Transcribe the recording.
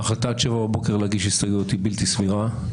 ההחלטה עד 07:00 בבוקר להגיש הסתייגויות היא בלתי סבירה,